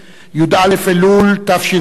י"א אלול התשע"ב,